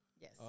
Yes